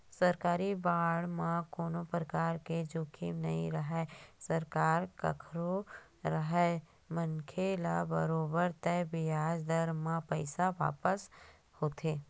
सरकारी बांड म कोनो परकार के जोखिम नइ राहय सरकार कखरो राहय मनखे ल बरोबर तय बियाज दर म पइसा वापस होथे